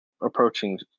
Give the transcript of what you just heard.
approaching